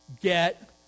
get